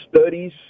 studies